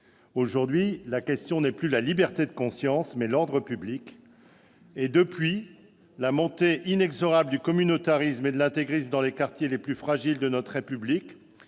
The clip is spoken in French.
Aujourd'hui, la question est non plus la liberté de conscience, mais l'ordre public. La montée inexorable du communautarisme et de l'intégrisme dans les quartiers les plus fragiles de notre République,